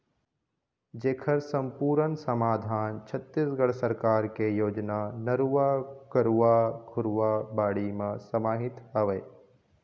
जेखर समपुरन समाधान छत्तीसगढ़ सरकार के योजना नरूवा, गरूवा, घुरूवा, बाड़ी म समाहित हवय